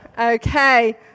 Okay